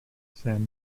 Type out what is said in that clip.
sam